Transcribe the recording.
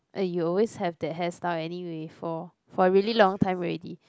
eh you always have that hairstyle anyway for for very long time already